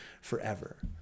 forever